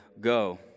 go